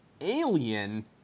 Alien